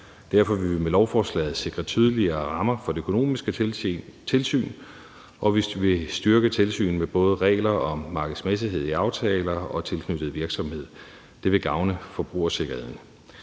derfor vil vi med lovforslaget sikre tydeligere rammer for det økonomiske tilsyn. Og vi vil styrke tilsynet med både regler om markedsmæssighed i aftaler og tilknyttet virksomhed. Det vil gavne forbrugersikkerheden.